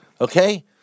Okay